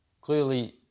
Clearly